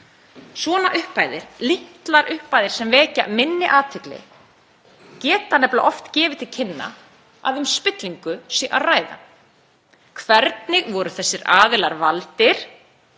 Svona upphæðir, litlar upphæðir sem vekja minni athygli, geta nefnilega oft gefið til kynna að um spillingu sé að ræða. Hvernig voru þessir aðilar valdir,